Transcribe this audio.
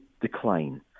decline